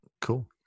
cool